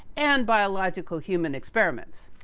and biological human experiments.